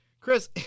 Chris